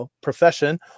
profession